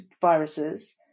viruses